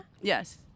Yes